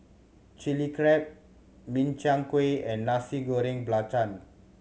Chilli Crab Min Chiang Kueh and Nasi Goreng Belacan